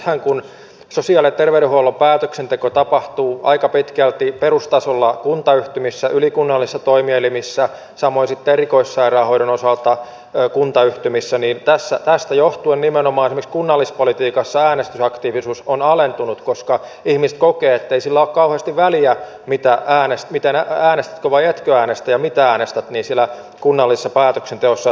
nythän kun sosiaali ja terveydenhuollon päätöksenteko tapahtuu aika pitkälti perustasolla kuntayhtymissä ylikunnallisissa toimielimissä samoin sitten erikoissairaanhoidon osalta kuntayhtymissä niin tästä johtuen nimenomaan esimerkiksi kunnallispolitiikassa äänestysaktiivisuus on alentunut koska ihmiset kokevat ettei sillä ole kauheasti väliä äänestätkö vai etkö äänestä ja mitä äänestät siellä kunnallisessa päätöksenteossa